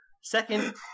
Second